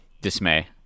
dismay